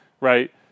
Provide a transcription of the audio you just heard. right